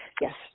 yes